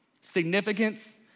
significance